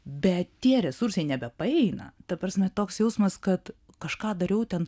bet tie resursai nebepaeina ta prasme toks jausmas kad kažką dariau ten